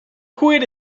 quit